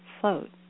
float